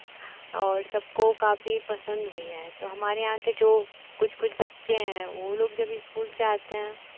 और सबको पसंद भी हैं तो हमारे यहाँ के जो कुछ कुछ बच्चे हैं वो लोग जब इस्कूल से आते हैं